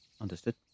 Understood